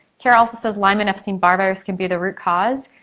carol also says lyme and epstein-barr virus can be the root cause.